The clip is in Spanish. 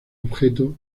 objeto